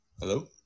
Hello